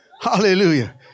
hallelujah